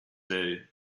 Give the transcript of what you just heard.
day